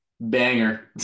Banger